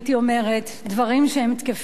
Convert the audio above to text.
דברים שהם תקפים גם היום,